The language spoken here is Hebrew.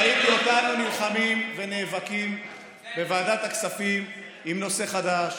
ראיתי אותנו נלחמים ונאבקים בוועדת הכספים עם נושא חדש,